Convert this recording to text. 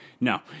No